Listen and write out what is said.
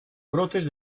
brotes